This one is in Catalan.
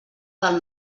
del